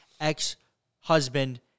ex-husband